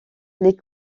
les